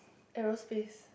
aerospace